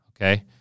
Okay